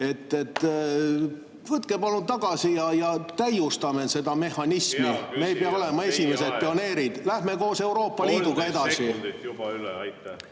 Võtke palun eelnõu tagasi ja täiustame seda mehhanismi. Me ei pea olema esimesed pioneerid, lähme koos Euroopa Liiduga edasi.